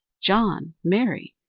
john, mary,